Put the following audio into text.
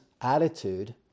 attitude